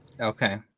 Okay